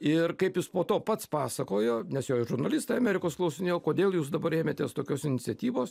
ir kaip jis po to pats pasakojo nes jo ir žurnalistai amerikos klausinėjo kodėl jūs dabar ėmėtės tokios iniciatyvos